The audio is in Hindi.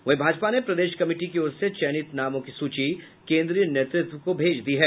वहीं भाजपा ने प्रदेश कमिटी की ओर से चयनित नामों की सूची केंद्रीय नेतृत्व को भेज दी है